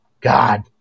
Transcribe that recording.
God